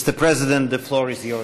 Mister President, the floor is yours.